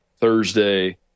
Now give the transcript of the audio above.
Thursday